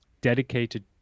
dedicated